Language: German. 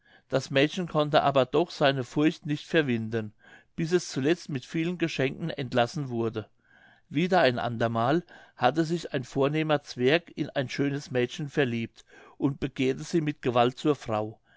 das mädchen konnte aber doch seine furcht nicht verwinden bis es zuletzt mit vielen geschenken entlassen wurde wieder ein ander mal hatte sich ein vornehmer zwerg in ein schönes mädchen verliebt und begehrte sie mit gewalt zur frau